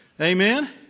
Amen